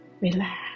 Relax